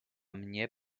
mnie